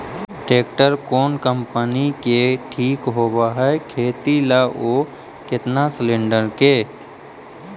Tractor कोन company के ठीक होब है खेती ल औ केतना सलेणडर के?